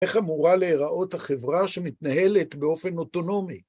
איך אמורה להיראות החברה שמתנהלת באופן אוטונומי?